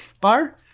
bar